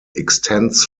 extends